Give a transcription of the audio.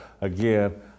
again